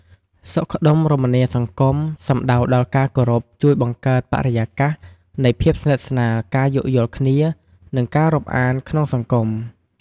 សុខដុមរមនាសង្គម សំដៅដល់ការគោរពជួយបង្កើតបរិយាកាសនៃភាពស្និទ្ធស្នាល ការយោគយល់គ្នា និងការរាប់អានក្នុងសង្គម។